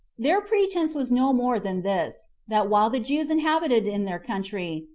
their pretense was no more than this, that while the jews inhabited in their country,